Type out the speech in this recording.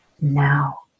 now